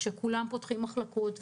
כולם פותחים מחלקות,